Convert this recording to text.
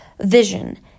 vision